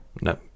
No